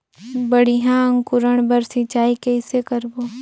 बढ़िया अंकुरण बर सिंचाई कइसे करबो?